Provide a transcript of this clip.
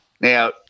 Now –